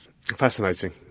Fascinating